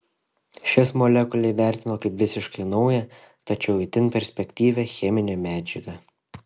šis molekulę įvertino kaip visiškai naują tačiau itin perspektyvią cheminę medžiagą